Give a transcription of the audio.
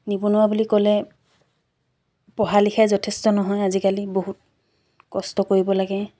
নিবনুৱা বুলি ক'লে পঢ়া লিখাই যথেষ্ট নহয় আজিকালি বহুত কষ্ট কৰিব লাগে